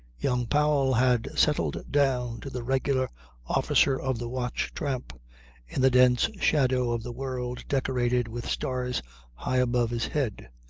young powell had settled down to the regular officer-of-the-watch tramp in the dense shadow of the world decorated with stars high above his head,